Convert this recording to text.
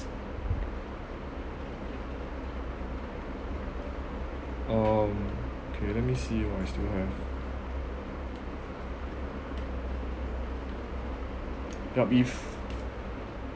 um K let me see what we still have yup if